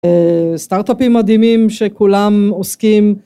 סטארט-אפים מדהימים שכולם עוסקים...